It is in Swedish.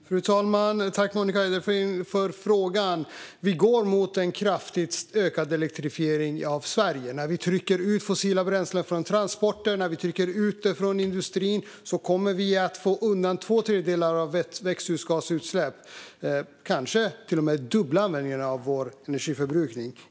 Fru talman! Tack för frågan, Monica Haider! Vi går mot en kraftigt ökad elektrifiering av Sverige. När vi trycker ut fossila bränslen från transporter och från industrin kommer vi att få undan två tredjedelar av våra växthusgasutsläpp och kanske till och med dubbla vår energiförbrukning.